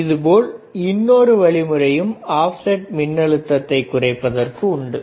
இதேபோல் இன்னொரு வழிமுறையும் ஆப்செட் மின் அழுத்தத்தை குறைப்பதற்கு உண்டு